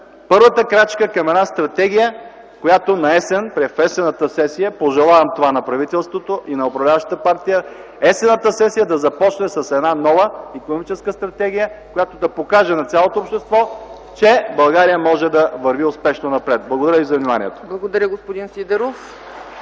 първата крачка към една стратегия, която наесен, на есенната сесия – пожелавам това на правителството и на управляващата партия – есенната сесия да започне с една нова икономическа стратегия, която да покаже на цялото общество, че България може върви успешно напред. Благодаря Ви за вниманието. (Ръкопляскания от